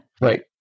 Right